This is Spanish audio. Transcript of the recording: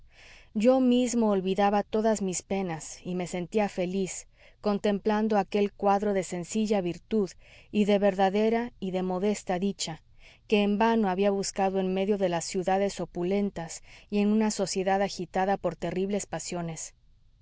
yo mismo olvidaba todas mis penas y me sentía feliz contemplando aquel cuadro de sencilla virtud y de verdadera y de modesta dicha que en vano había buscado en medio de las ciudades opulentas y en una sociedad agitada por terribles pasiones